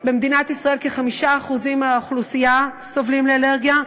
במדינת ישראל כ-5% מהאוכלוסייה סובלים מאלרגיה,